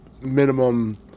minimum